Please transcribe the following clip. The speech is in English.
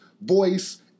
voice